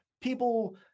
People